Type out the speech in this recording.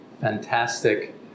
fantastic